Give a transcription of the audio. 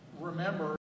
remember